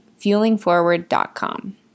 fuelingforward.com